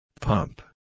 Pump